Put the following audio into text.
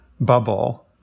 bubble